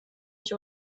ich